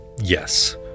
yes